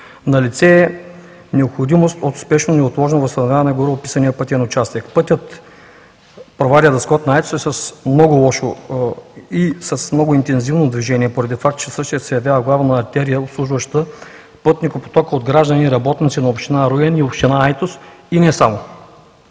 Налице е необходимост от спешно, неотложно възстановяване на гореописания пътен участък. Пътят Провадия – Дъскотна – Айтос, е с много лошо и с много интензивно движение поради факта, че същият се явява главна артерия, обслужваща пътникопотока от граждани и работници на община Руен и община Айтос, и не само.